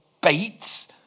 Bates